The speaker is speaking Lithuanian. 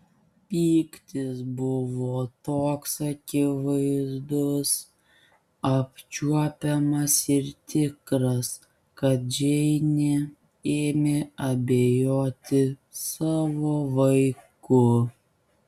pyktis buvo toks akivaizdus apčiuopiamas ir tikras kad džeinė ėmė abejoti savo vaiku